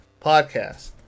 podcast